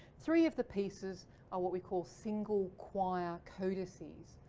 three of the pieces are what we call single choir codices.